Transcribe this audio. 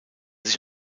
sich